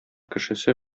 кешесе